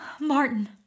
Martin